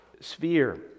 sphere